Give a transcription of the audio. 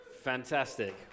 Fantastic